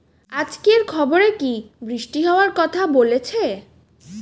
আজকের খবরে কি বৃষ্টি হওয়ায় কথা বলেছে?